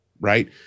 Right